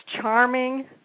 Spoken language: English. charming